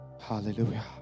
Hallelujah